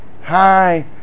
hi